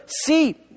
see